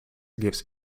gives